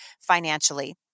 financially